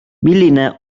milline